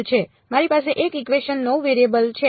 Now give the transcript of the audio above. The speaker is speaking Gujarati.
મારી પાસે 1 ઇકવેશન 9 વેરિયેબલ છે